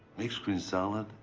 mixed green salad,